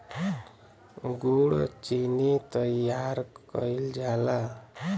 गुड़ चीनी तइयार कइल जाला